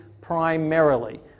primarily